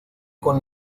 con